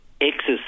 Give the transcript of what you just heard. exercise